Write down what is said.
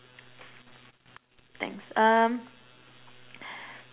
thanks um